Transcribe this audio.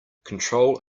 control